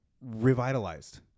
revitalized